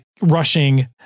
rushing